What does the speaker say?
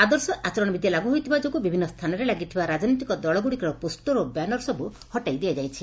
ଆଦର୍ଶ ଆଚରଣ ବିଧି ଲାଗୁ ହୋଇଥିବା ଯୋଗୁଁ ବିଭିନ୍ନ ସ୍ରାନରେ ଲାଗିଥିବା ରାକନୈତିକ ଦଳଗୁଡ଼ିକର ପୋଷର ଓ ବ୍ୟାନର ସବୁ ହଟାଇ ଦିଆଯାଇଛି